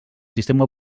sistema